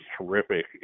terrific